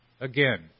Again